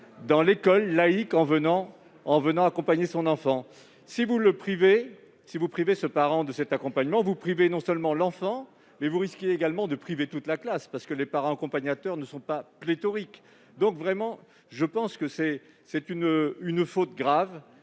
dans l'école laïque en accompagnant son enfant. Si vous privez ce parent de cet accompagnement, vous privez non seulement l'enfant, mais vous risquez également de priver toute la classe, car les parents accompagnateurs ne sont pas pléthoriques. Vous commettez vraiment, me semble-t-il, une faute grave.